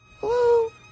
Hello